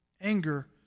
anger